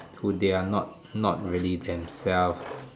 who they are not not really themselve